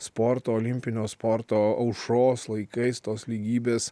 sporto olimpinio sporto aušros laikais tos lygybės